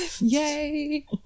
yay